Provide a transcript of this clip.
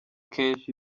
kenshi